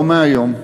לא מהיום,